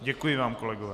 Děkuji vám, kolegové.